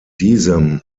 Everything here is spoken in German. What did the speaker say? diesem